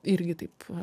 irgi taip